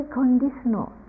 conditional